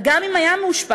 וגם אם היה מאושפז,